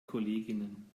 kolleginnen